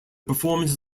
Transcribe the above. performances